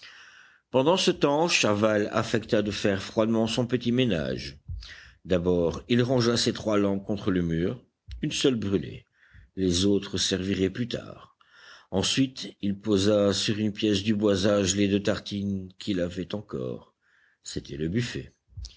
pendant ce temps chaval affecta de faire froidement son petit ménage d'abord il rangea ses trois lampes contre le mur une seule brûlait les autres serviraient plus tard ensuite il posa sur une pièce du boisage les deux tartines qu'il avait encore c'était le buffet